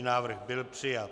Návrh byl přijat.